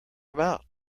about